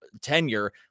tenure